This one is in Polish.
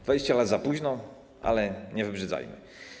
20 lat za późno, ale nie wybrzydzajmy.